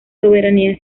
soberanía